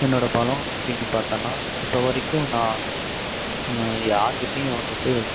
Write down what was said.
என்னோயட பலம் அப்படின்னு பார்த்தோன்னா இப்போ வரைக்கும் நான் யாருக்கிட்டேயும் வந்துட்டு